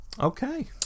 Okay